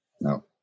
no